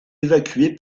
évacuée